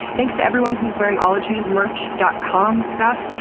thanks to everyone who's wearing ologiesmerch dot com stuff,